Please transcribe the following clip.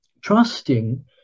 trusting